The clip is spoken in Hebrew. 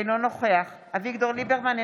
אינו נוכח אביגדור ליברמן,